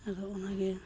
ᱟᱫᱚ ᱚᱱᱟᱜᱮ